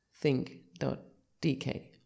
think.dk